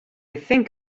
think